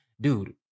dude